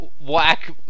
whack